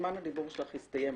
זמן הדיבור שלך הסתיים,